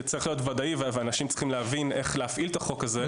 שצריך להיות ודאי ואנשים צריכים להבין איך להפעיל את החוק הזה,